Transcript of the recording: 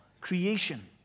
creation